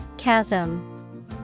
chasm